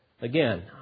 Again